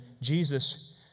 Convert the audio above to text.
Jesus